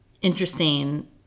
interesting